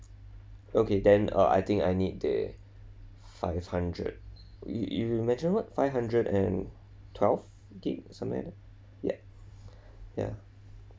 okay then uh I think I need the five hundred you you mentioned what five hundred and twelve gig or something like that yup ya